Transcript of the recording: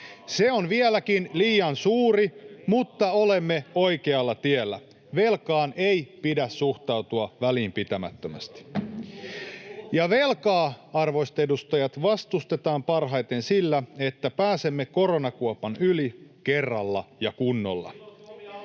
Se on vieläkin liian suuri, mutta olemme oikealla tiellä. Velkaan ei pidä suhtautua välinpitämättömästi, [Ben Zyskowicz: Kenelle puhutte?] ja velkaa, arvoisat edustajat, vastustetaan parhaiten sillä, että pääsemme koronakuopan yli kerralla ja kunnolla.